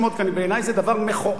כי בעיני זה דבר מכוער,